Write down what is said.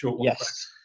Yes